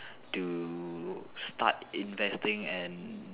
to start investing and